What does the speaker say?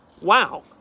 wow